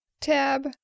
tab